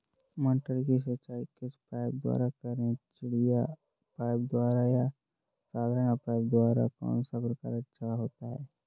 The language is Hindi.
मटर की सिंचाई किस पाइप द्वारा करें चिड़िया पाइप द्वारा या साधारण पाइप द्वारा कौन सा प्रकार अच्छा होता है?